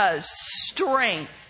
strength